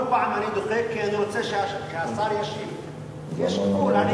כל פעם אני דוחה כי אני רוצה שהשר ישיב, יש גבול.